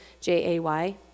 J-A-Y